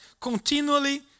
continually